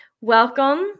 Welcome